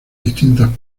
distintas